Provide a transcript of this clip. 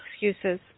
excuses